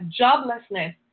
joblessness